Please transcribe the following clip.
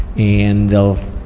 and they'll